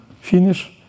finish